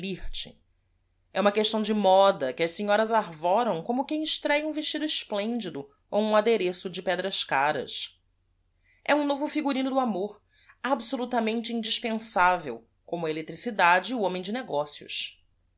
t uma questão de moda que as se nhoras arvoram como quem estréa um vestido esplendido ou um ade reço de pedras caras um novo figurino do amor absolutamente indispensável como a electricidade e o homem de